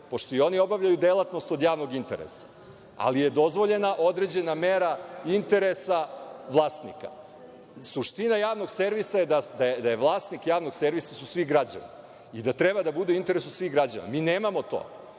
pošto i oni obavljaju delatnost od javnog interesa, ali je dozvoljena određena mera interesa vlasnika. Suština javnog servisa je da su vlasnik javnog servisa svi građani i da treba da bude u interesu svih građana. Mi nemamo to,